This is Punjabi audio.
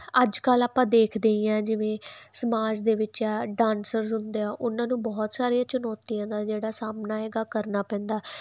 ਅੱਜ ਕੱਲ ਆਪਾਂ ਦੇਖਦੇ ਹੀ ਆ ਜਿਵੇਂ ਸਮਾਜ ਦੇ ਵਿੱਚ ਡਾਂਸਰ ਹੁੰਦੇ ਆ ਉਹਨਾਂ ਨੂੰ ਬਹੁਤ ਸਾਰੀਆਂ ਚੁਨੌਤੀਆਂ ਦਾ ਜਿਹੜਾ ਸਾਹਮਣਾ ਹੈਗਾ ਕਰਨਾ ਪੈਂਦਾ